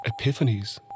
epiphanies